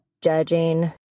judging